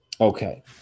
Okay